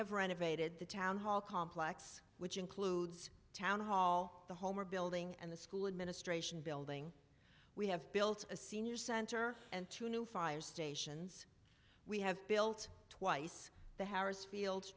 have renovated the town hall complex which includes town hall the home we're building and the school administration building we have built a senior center and two new fire stations we have built twice the harris field